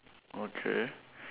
okay